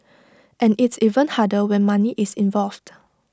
and it's even harder when money is involved